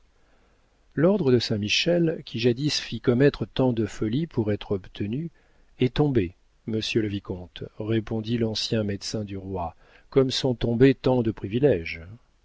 l'ordre de saint-michel qui jadis fit commettre tant de folies pour être obtenu est tombé monsieur le vicomte répondit l'ancien médecin du roi comme sont tombés tant de priviléges